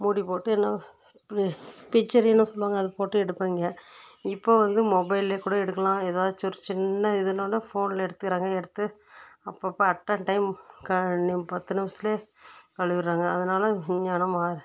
மூடி போட்டு என்ன பிச்சர் என்ன சொல்வாங்க அதை போட்டு எடுப்பாங்க இப்போது வந்து மொபைல்லேயே கூட எடுக்கலாம் ஏதாச்சும் ஒரு சின்ன இதுனாலும் ஃபோனில் எடுத்துக்கிறாங்க எடுத்து அப்பப்போ அட் அ டைம் பத்து நிமிஷத்திலையே கழுவிறாங்க அதனால விஞ்ஞானம்